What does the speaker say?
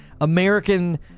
American